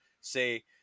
say